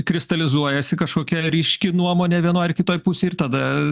kristalizuojasi kažkokia ryški nuomonė vienoj ar kitoj pusėj ir tada